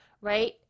right